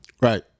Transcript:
Right